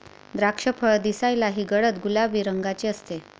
द्राक्षफळ दिसायलाही गडद गुलाबी रंगाचे असते